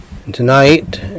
Tonight